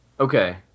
Okay